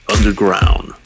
Underground